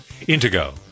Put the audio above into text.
Intego